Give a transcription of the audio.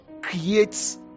creates